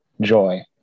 Joy